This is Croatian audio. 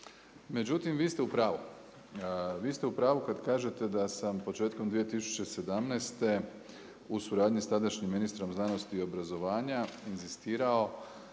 Međutim, vi ste u pravu. Vi ste u pravu kad kažete da sam početkom 2017. u suradnji sa tadašnjim ministrom znanosti i obrazovanja inzistirao